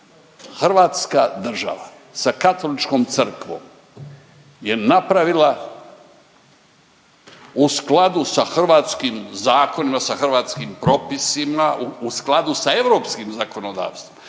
hrvatska država sa Katoličkom crkvom je napravila u skladu sa hrvatskim zakonima, sa hrvatskim propisima u skladu sa europskim zakonodavstvom